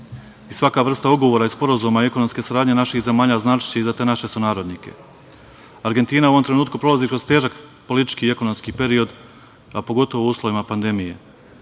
i svaka vrsta ugovora i sporazuma ekonomske saradnje naših zemalja značiće i za te naše sunarodnike. Argentina u ovom trenutku prolazi kroz težak politički i ekonomski period, a pogotovo u uslovima pandemije.